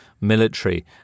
military